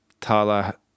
Tala